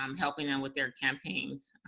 um helping them with their campaigns.